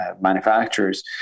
manufacturers